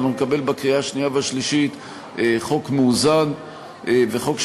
אנחנו נקבל לקריאה השנייה והשלישית חוק מאוזן שבסך